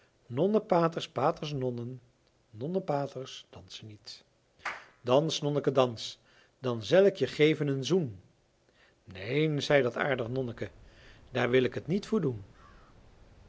nonnen paters paters nonnen nonnen paters dansen niet dans nonneke dans dan zel ik je geven een zoen neen zei dat aardig nonneke daar wil ik et niet voor doen